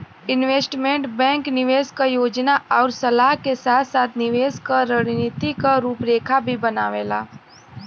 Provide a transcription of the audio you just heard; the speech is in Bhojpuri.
इन्वेस्टमेंट बैंक निवेश क योजना आउर सलाह के साथ साथ निवेश क रणनीति क रूपरेखा भी बनावेला